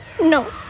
No